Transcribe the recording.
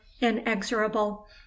inexorable